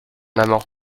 amant